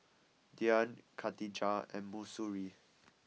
Dian Katijah and Mahsuri